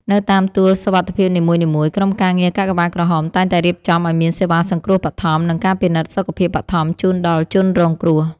នៅតាមទួលសុវត្ថិភាពនីមួយៗ ក្រុមការងារកាកបាទក្រហមតែងតែរៀបចំឱ្យមានសេវាសង្គ្រោះបឋម និងការពិនិត្យសុខភាពបឋមជូនដល់ជនរងគ្រោះ។